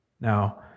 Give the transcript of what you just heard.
Now